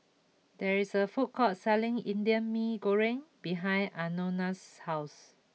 there is a food court selling Indian Mee Goreng behind Anona's house